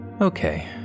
Okay